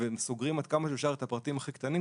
סוגרים עד כמה שאפשר את הפרטים הכי קטנים,